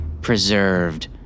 preserved